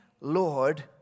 Lord